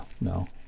no